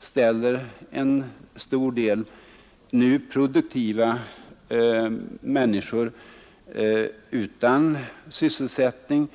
ställer en stor del nu produktiva människor utan sysselsättning.